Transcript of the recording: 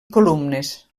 columnes